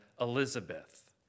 Elizabeth